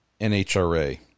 NHRA